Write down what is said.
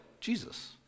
Jesus